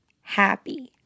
happy